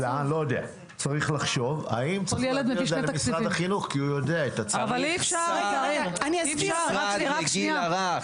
האם צריך להעביר את זה למשרד החינוך כי הוא יודע --- משרד לגיל הרך.